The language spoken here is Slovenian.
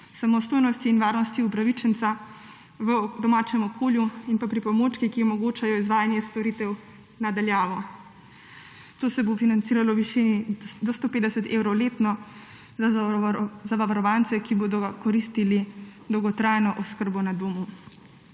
samostojnosti in varnosti upravičenca v domačem okolju in pa pripomočki, ki omogočajo izvajanje storitev na daljavo. To se bo financiralo v višini do 150 evrov letno za zavarovance, ki bodo koristili dolgotrajno oskrbo na domu.